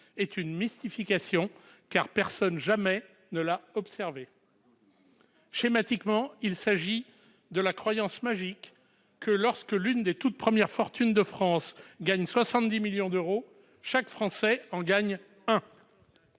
est une mystification, car personne, jamais, ne l'a observé. Schématiquement, il s'agit de la croyance magique selon laquelle, lorsque l'une des toutes premières fortunes de France gagne 70 millions d'euros, chaque Français en gagne un.